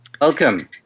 Welcome